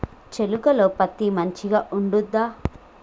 చేలుక లో పత్తి మంచిగా పండుద్దా?